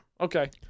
Okay